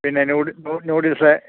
പിന്നെ നൂഡിൽസ്